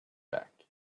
back